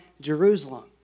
Jerusalem